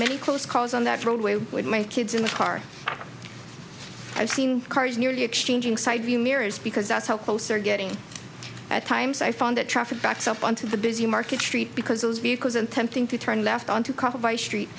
many close calls on that roadway with my kids in the car i've seen cars nearly exchanging side view mirrors because that's how close are getting at times i found that traffic backs up onto the busy market street because those vehicles and tempting to turn left onto copper by street